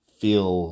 feel